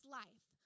life